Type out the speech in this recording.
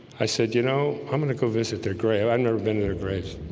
i said, you know, i'm gonna go visit their grave. i've never been in their grave